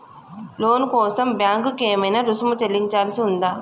లోను కోసం బ్యాంక్ కి ఏమైనా రుసుము చెల్లించాల్సి ఉందా?